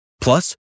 Plus